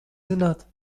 zināt